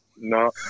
no